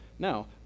Now